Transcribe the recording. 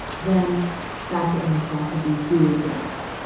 then factor a and factor b do interact.